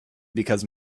because